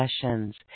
sessions